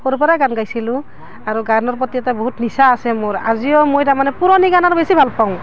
সৰুৰ পৰাই গান গাইছিলোঁ আৰু গানৰ প্ৰতি এটা বহুত নিচা আছে মোৰ আজিও মই তাৰ মানে পুৰণি গান আৰু বেছি ভাল পাওঁ